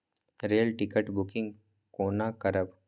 Rail ticket booking कोना करब?